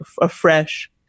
afresh